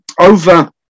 over